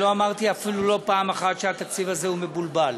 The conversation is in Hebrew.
אני לא אמרתי אפילו לא פעם אחת שהתקציב הזה מבולבל.